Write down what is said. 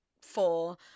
four